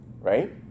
right